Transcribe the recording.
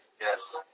Yes